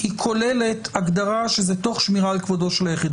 היא כוללת הגדרה שזה תוך שמירה על כבודו של היחיד.